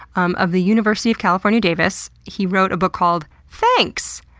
um of the university of california davis. he wrote a book called thanks!